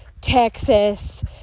Texas